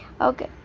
Okay